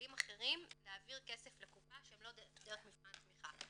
כלים אחרים להעביר כסף לקופה שהם לא דרך מבחן תמיכה.